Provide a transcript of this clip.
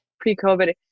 Pre-COVID